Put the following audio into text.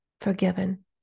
forgiven